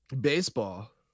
Baseball